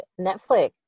Netflix